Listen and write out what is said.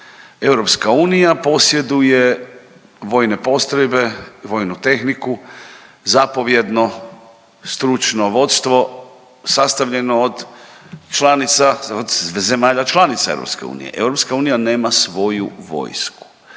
vojsku, EU posjeduje vojne postrojbe, vojnu tehniku, zapovjedno stručno vodstvo sastavljeno od članica, od zemalja članica EU. EU nema svoju vojsku.